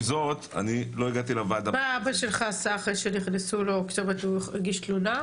מה אבא שלך עשה אחרי שנכנסו לו, הוא הגיש תלונה?